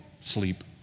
sleep